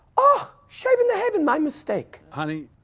ah shave in the heaven, my mistake. honey,